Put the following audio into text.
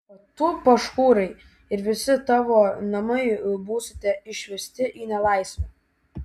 o tu pašhūrai ir visi tavo namai būsite išvesti į nelaisvę